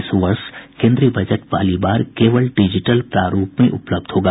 इस वर्ष केन्द्रीय बजट पहली बार केवल डिजिटल प्रारूप में उपलब्ध होगा